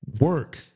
work